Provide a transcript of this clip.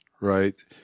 right